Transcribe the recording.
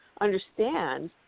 understand –